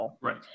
Right